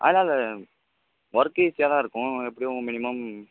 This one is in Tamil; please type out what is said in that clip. அதனால அது ஒர்க்கு ஈஸியாக தான் இருக்கும் எப்படியும் மினிமம்